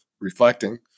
reflecting